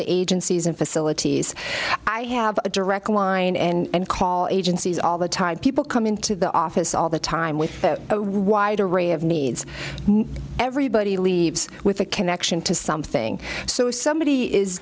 the agencies and facilities i have a direct line and call agencies all the time people come into the office all the time with a wide array of needs everybody leaves with a connection to something so if somebody is